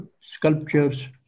sculptures